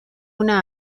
una